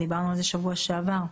דיברנו על זה בשבוע שעבר.